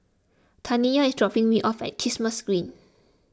Taniya is dropping me off at Kismis Green